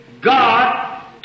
God